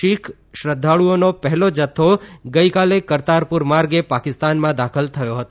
શીખ શ્રદ્ધાળુઓનો પહેલો જથ્થો ગઇકાલે કરતારપુર માર્ગે પાકિસ્તાનમાં દાખલ થયો હતો